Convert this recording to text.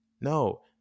No